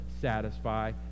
satisfy